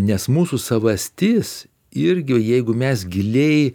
nes mūsų savastis irgi jeigu mes giliai